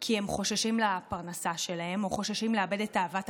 כי הם חוששים לפרנסה שלהם או חוששים לאבד את אהבת הקהל,